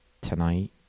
Tonight